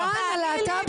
גלית,